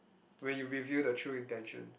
when you reveal the true intention